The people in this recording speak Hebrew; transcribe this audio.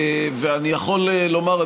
אני יכול לומר,